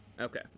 okay